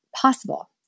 possible